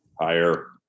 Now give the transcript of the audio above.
Higher